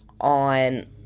on